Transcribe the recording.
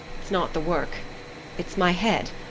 it's not the work it's my head.